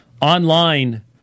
online